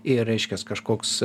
ir reiškias kažkoks